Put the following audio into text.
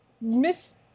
Miss